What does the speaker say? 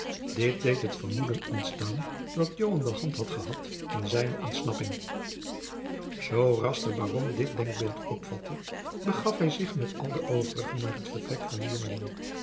dit deed het vermoeden ontstaan dat joan de hand had gehad in zijne ontsnapping jacob van lennep de pleegzoon zooras de baron dit denkbeeld opvatte begaf hij zich met al de overigen naar het vertrek van den jongeling